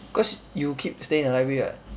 cause you keep staying in the library [what]